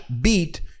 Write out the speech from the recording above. beat